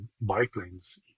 biplanes